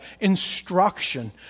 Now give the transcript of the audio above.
instruction